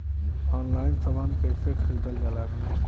Online समान कैसे खरीदल जाला?